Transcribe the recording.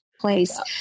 place